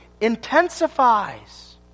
intensifies